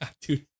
dude